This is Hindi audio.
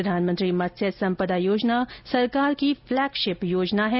प्रधानमंत्री मत्स्य संपदा योजना सरकार की फ्लैगशिप योजना है